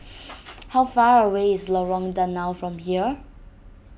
how far away is Lorong Danau from here